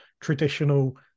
traditional